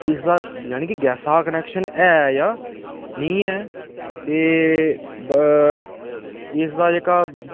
इसदा जानि कि गैसा दा कनैक्शन ऐ जां नेईं ऐ ते इसदा जेह्का